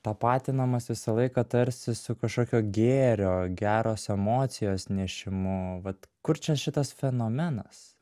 tapatinamas visą laiką tarsi su kažkokio gėrio geros emocijos nešimu vat kur čia šitas fenomenas